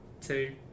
two